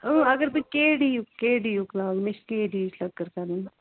اگر بہٕ کے ڈی یُک کے ڈی یُک لاگہٕ مےٚ چھِ کے ڈی یِچ لٔکٕر کَرٕنۍ